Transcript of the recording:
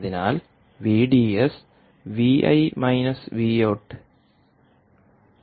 അതിനാൽ Vds V I V out 1